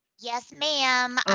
yes, ma'am. i